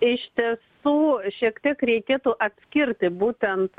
iš tiesų šiek tiek reikėtų atskirti būtent